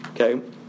Okay